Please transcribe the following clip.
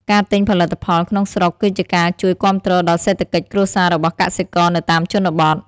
ការទិញផលិតផលក្នុងស្រុកគឺជាការជួយគាំទ្រដល់សេដ្ឋកិច្ចគ្រួសាររបស់កសិករនៅតាមជនបទ។